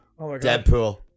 Deadpool